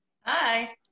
Hi